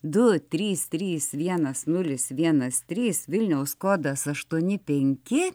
du trys trys vienas nulis vienas trys vilniaus kodas aštuoni penki